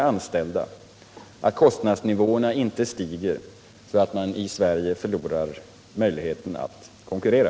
de anställda, att kostnadsnivåerna inte stiger så att man i Sverige förlorar möjligheten att konkurrera.